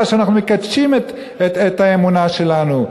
מפני שאנחנו מקדשים את האמונה שלנו,